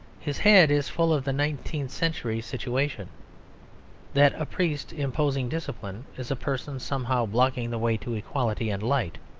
his head is full of the nineteenth-century situation that a priest imposing discipline is a person somehow blocking the way to equality and light.